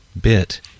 bit